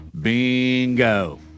Bingo